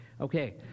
Okay